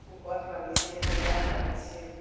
cooker लागै छै हड़िया लागै छै